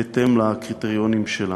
בהתאם לקריטריונים שלנו.